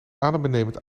adembenemend